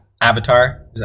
Avatar